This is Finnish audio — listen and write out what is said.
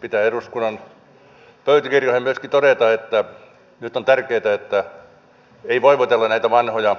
pitää eduskunnan pöytäkirjoihin myöskin todeta että nyt on tärkeätä että ei voivotella näitä vanhoja